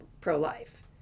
pro-life